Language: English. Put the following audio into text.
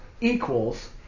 equals